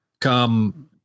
come